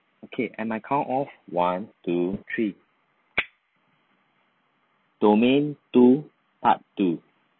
okay at my count of one two three domain two part two